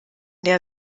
der